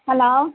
hello